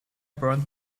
burned